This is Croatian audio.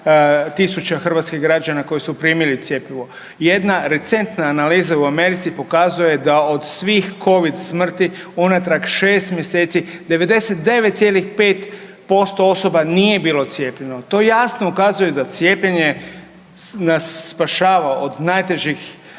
tisuća hrvatskih građana koji su primili cjepivo. Jedna recentna analiza u Americi pokazuje da od svih covid smrti unatrag 6 mjeseci 99,5% osoba nije bilo cijepljeno. To jasno ukazuje da cijepljenje nas spašava od najtežih